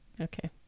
okay